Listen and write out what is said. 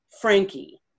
Frankie